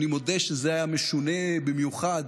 אני מודה שזה היה משונה במיוחד